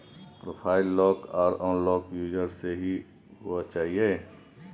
profile lock आर unlock user से ही हुआ चाहिए